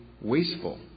wasteful